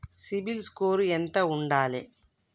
CIBIL score ఎంత ఉండాలే?